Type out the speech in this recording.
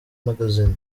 magazine